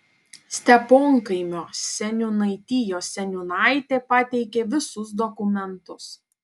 steponkaimio seniūnaitijos seniūnaitė pateikė visus dokumentus